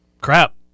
crap